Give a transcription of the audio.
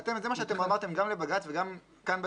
זה מה שאתם אמרתם גם לבג"צ וגם כאן בדיון,